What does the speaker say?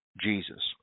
Jesus